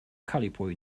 calipuy